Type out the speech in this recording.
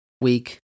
week